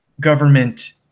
government